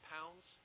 Pounds